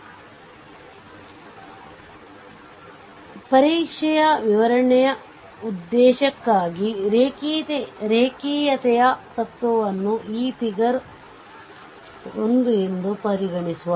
ಆದ್ದರಿಂದ ಪರೀಕ್ಷೆಯ ವಿವರಣೆಯ ಉದ್ದೇಶಕ್ಕಾಗಿ ರೇಖೀಯತೆಯ ತತ್ವವನ್ನು ಈ figure 1 ಎಂದು ಪರಿಗಣಿಸುವ